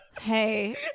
hey